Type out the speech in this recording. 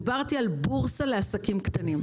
דיברתי על בורסה לעסקים קטנים,